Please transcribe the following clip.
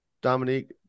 Dominique